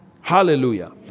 Hallelujah